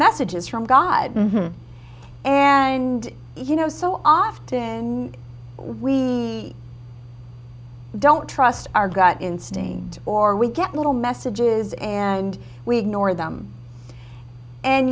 messages from god and you know so often and we don't trust our gut instinct or we get a little messages and we ignore them and